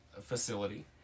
facility